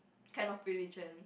kind of religion